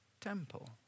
temple